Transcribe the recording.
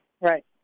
Right